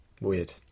Weird